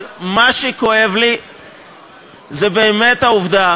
מה שכואב לי זה באמת העובדה